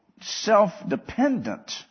self-dependent